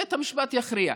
בית המשפט יכריע.